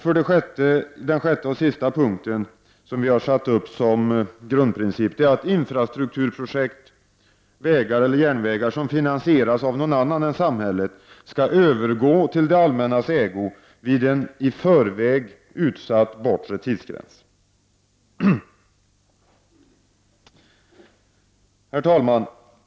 För det sjätte, den sista punkten och grundprincipen: Infrastrukturprojekt, vägar eller järnvägar, som finansieras av någon annan än samhället skall övergå i det allmännas ägo vid en i förväg utsatt bortre tidsgräns. Herr talman!